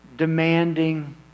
Demanding